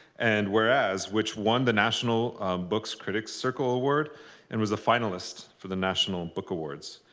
and whereas, which won the national books critics circle award and was a finalist for the national book awards.